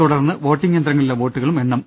തുടർന്ന് വോട്ടിംഗ് യന്ത്രങ്ങളിലെ വോട്ടുകളും എണ്ണും